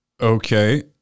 Okay